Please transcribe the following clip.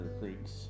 creeks